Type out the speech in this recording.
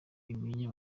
imenye